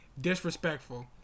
disrespectful